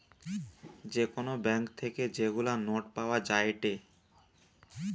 যে কোন ব্যাঙ্ক থেকে যেগুলা নোট পাওয়া যায়েটে